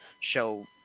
show